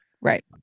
Right